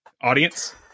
audience